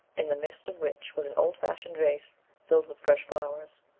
in the midst of which was an old-fashioned vase filled with fresh flowers,